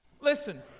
Listen